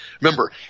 Remember